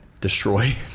destroy